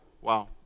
Wow